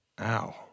Ow